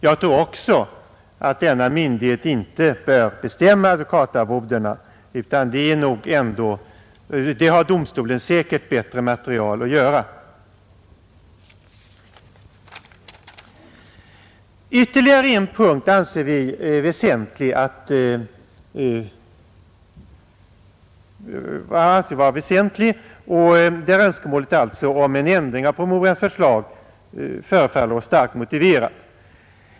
Jag tror också att denna myndighet inte bör bestämma advokatarvodena — det har domstolen säkert bättre material att göra. Ytterligare en punkt anser vi vara väsentlig, och önskemålet om en ändring av promemorians förslag förefaller oss där vara starkt motiverat.